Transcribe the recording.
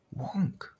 wonk